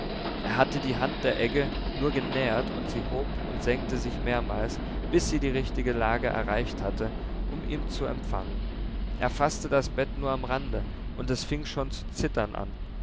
er hatte die hand der egge nur genähert und sie hob und senkte sich mehrmals bis sie die richtige lage erreicht hatte um ihn zu empfangen er faßte das bett nur am rande und es fing schon zu zittern an